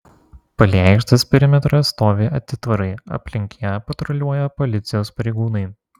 palei aikštės perimetrą stovi atitvarai aplink ją patruliuoja policijos pareigūnai